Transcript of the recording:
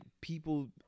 people